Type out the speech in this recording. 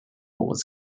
was